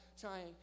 trying